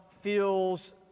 feels